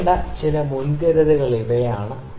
പാലിക്കേണ്ട ചില മുൻകരുതലുകൾ ഇവയാണ്